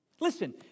Listen